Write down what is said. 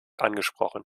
angesprochen